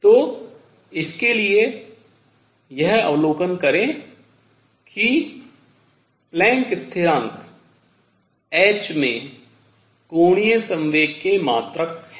तो इसके लिए यह अवलोकन करें कि प्लैंक स्थिरांक h में कोणीय संवेग के मात्रक हैं